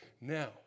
Now